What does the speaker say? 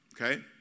okay